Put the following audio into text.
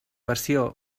versió